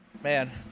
Man